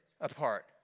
apart